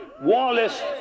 Wallace